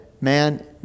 man